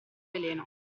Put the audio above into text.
veleno